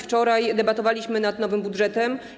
Wczoraj debatowaliśmy nad nowym budżetem.